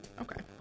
Okay